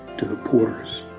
to the porters,